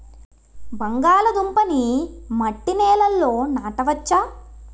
బంగాళదుంప నీ మట్టి నేలల్లో నాట వచ్చా?